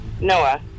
Noah